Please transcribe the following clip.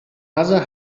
other